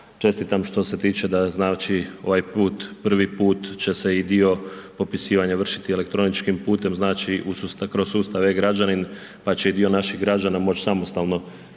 Čestitam što se tiče da znači ovaj put, prvi put će se i dio popisivanja vršiti elektroničkim putem, znači kroz sustav e-građanin, pa će i dio naših građana moći samostalno